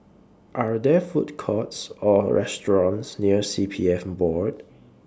Are There Food Courts Or restaurants near C P F Board